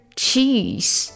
cheese